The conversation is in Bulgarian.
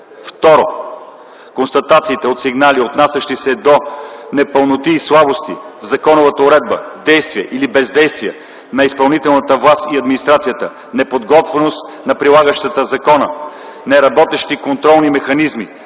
2. Констатациите от сигнали, отнасящи се до непълноти и слабости в законовата уредба, действия или бездействия на изпълнителната власт и администрацията, неподготвеност на прилагащите закона, неработещи контролни механизми,